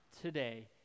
today